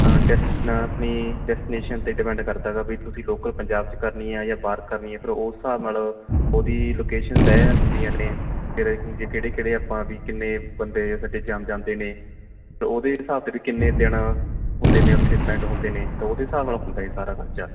ਡੈਸਟੀ ਆਪਣੀ ਡੈਸਟੀਨੇਸ਼ਨ ਅਤੇ ਡਿਪੈਂਡ ਕਰਦਾ ਗਾ ਵੀ ਤੁਸੀਂ ਲੋਕਲ ਪੰਜਾਬ 'ਚ ਕਰਨੀ ਆ ਜਾਂ ਬਾਹਰ ਕਰਨੀ ਆ ਫਿਰ ਉਸ ਹਿਸਾਬ ਨਾਲ ਉਹਦੀ ਲੋਕੇਸ਼ਨ ਤੈਅ ਹੁੰਦੀਆਂ ਨੇ ਕਿਹੜੇ ਕਿਹੜੇ ਆਪਾਂ ਵੀ ਕਿੰਨੇ ਬੰਦੇ ਸਾਡੇ ਜਨ ਜਾਂਦੇ ਨੇ ਤਾਂ ਉਹਦੇ ਹਿਸਾਬ ਤਰੀਕੇ ਕਿੰਨੇ ਦਿਨ ਹੁੰਦੇ ਨੇ ਉੱਥੇ ਸਪੈਂਡ ਹੁੰਦੇ ਨੇ ਤਾਂ ਉਹਦੇ ਹਿਸਾਬ ਨਾਲ ਹੁੰਦਾ ਜੀ ਸਾਰਾ ਖ਼ਰਚਾ